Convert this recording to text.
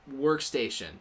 workstation